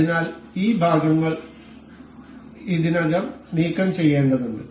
അതിനാൽ ഈ ഭാഗങ്ങൾ ഇതിനകം നീക്കംചെയ്യേണ്ടതുണ്ട്